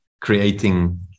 creating